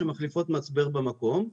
שמחליפות מצבר במקום.